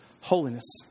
Holiness